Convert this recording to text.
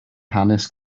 hanes